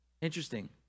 Interesting